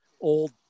old